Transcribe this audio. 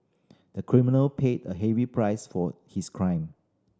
the criminal paid a heavy price for his crime